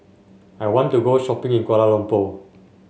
I want to go shopping in Kuala Lumpur